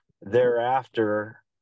thereafter